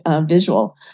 visual